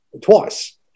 twice